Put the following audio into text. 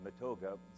Matoga